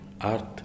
art